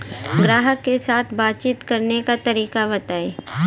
ग्राहक के साथ बातचीत करने का तरीका बताई?